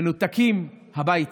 מנותקים, הביתה.